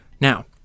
Now